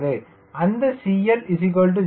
அந்தCL 0